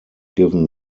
given